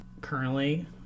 currently